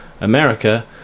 America